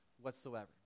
whatsoever